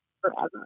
forever